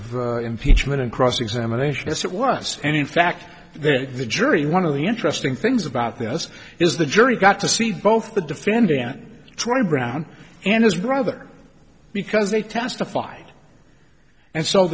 of impeachment and cross examination is that worse and in fact the jury one of the interesting things about this is the jury got to see both the defendant troy brown and his brother because they testified and s